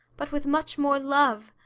but with much more love,